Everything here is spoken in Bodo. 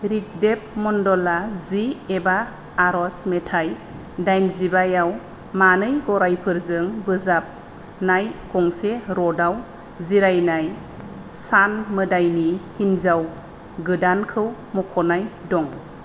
ऋग्वेद मन्डला जि एबा आरज मेथाय दाइनजिबायाव मानै गरायफोरजों बोजाबनाय गंसे रथाव जिरायनाय सान मोदायनि हिनजाव गोदानखौ मख'नाय दं